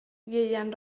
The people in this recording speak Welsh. ieuan